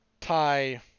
Thai